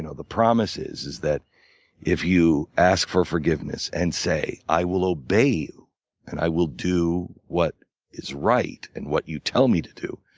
and the promise is is that if you ask for forgiveness and say, i will obey you and i will do what is right and what you tell me to do,